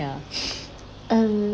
ya um